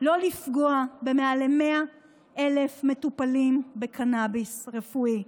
לא לפגוע ביותר מ-100,000 מטופלים בקנביס רפואי.